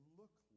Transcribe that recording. look